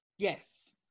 Yes